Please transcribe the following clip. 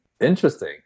Interesting